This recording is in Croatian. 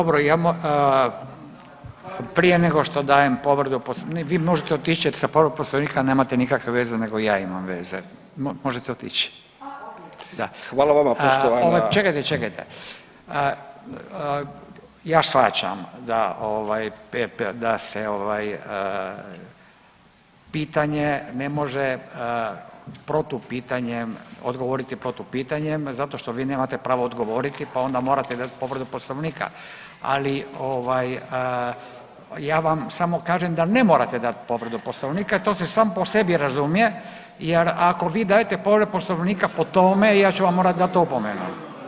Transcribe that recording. Dobro, ja, prije nego što dajem povredu, vi možete otići jer sa povredom Poslovnika nemate nikakve veze nego ja imam veze, možete otići da [[Upadica: Hvala vama poštovana…]] čekajte, čekajte, ja shvaćam da ovaj da se ovaj pitanje ne može protupitanjem, odgovoriti protupitanjem zato što vi nemate pravo odgovoriti pa onda morate dati povredu Poslovnika, ali ovaj ja vam samo kažem da ne morate dati povredu Poslovnika to se sam po sebi razumije jer ako vi dajete povredu Poslovnika po tome ja ću vam morati dati opomenu.